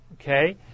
okay